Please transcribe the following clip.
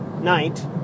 night